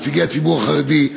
נציגי הציבור החרדי,